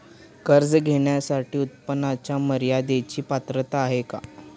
कर्ज घेण्यासाठी उत्पन्नाच्या मर्यदेची पात्रता आहे का?